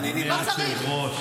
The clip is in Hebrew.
אדוני היושב בראש.